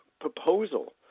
proposal